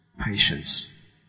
patience